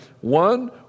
one